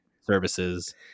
services